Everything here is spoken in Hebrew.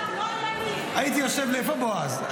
הייתי יושב עם בועז.